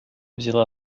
взяла